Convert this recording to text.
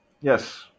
yes